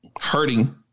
hurting